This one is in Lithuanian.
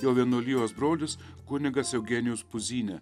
jo vienuolijos brolis kunigas eugenijus puzynė